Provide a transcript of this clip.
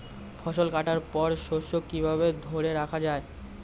ফসল কাটার পর শস্য কিভাবে ধরে রাখা য়ায়?